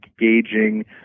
engaging